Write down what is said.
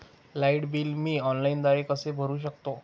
Light bill मी ऑनलाईनद्वारे कसे भरु शकतो?